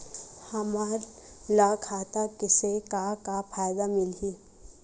हमन ला खाता से का का फ़ायदा मिलही?